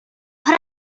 put